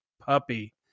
puppy